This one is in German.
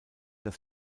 das